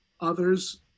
others